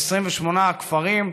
ב-28 הכפרים,